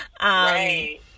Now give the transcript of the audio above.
Right